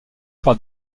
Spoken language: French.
par